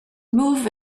move